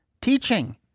teaching